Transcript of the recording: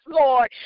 Lord